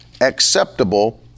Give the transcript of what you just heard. acceptable